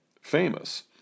famous